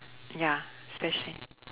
ya especially